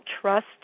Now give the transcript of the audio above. trust